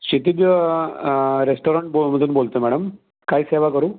क्षितिज restaurant बो मधून बोलतो आहे मॅडम काय सेवा करू